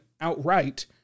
outright